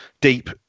deep